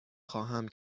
خواهم